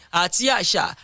atiasha